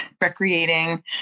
recreating